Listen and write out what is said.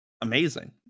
Amazing